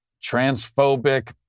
transphobic